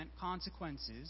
consequences